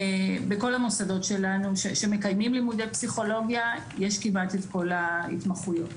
בכל המוסדות שלנו שמקיימים לימודי פסיכולוגיה יש כמעט את כל ההתמחויות.